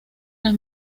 las